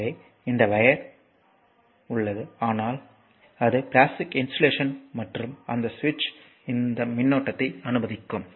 எனவே இந்த வையர் உள்ளது ஆனால் அது பிளாஸ்டிக் இன்சுலேஷன் மற்றும் அந்த சுவிட்ச் இந்த மின்னோட்டத்தை அனுமதிக்கும்